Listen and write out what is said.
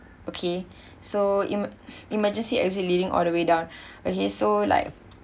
okay so eme~ emergency exit leading all the way down okay so like